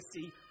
see